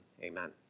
amen